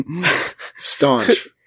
Staunch